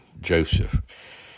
Joseph